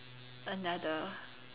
another